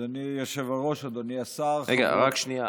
רק שנייה,